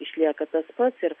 išlieka tas pats ir